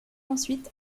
ensuite